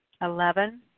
Eleven